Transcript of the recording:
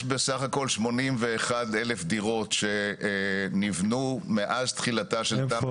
יש בסך הכל 81,000 דירות שנבנו מאז תחילתה של תמ"א